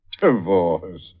Divorce